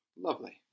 lovely